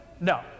No